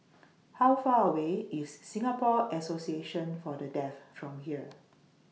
How Far away IS Singapore Association For The Deaf from here